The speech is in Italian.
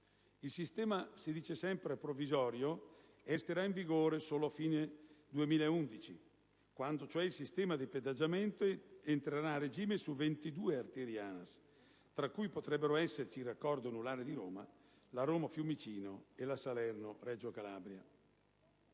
Il sistema - come si dice sempre - è provvisorio, e resterà in vigore solo fino alla fine del 2011, quando il sistema di pedaggiamento entrerà a regime su 22 arterie ANAS, tra cui potrebbero esserci il raccordo anulare di Roma, la Roma-Fiumicino e la Salerno-Reggio Calabria.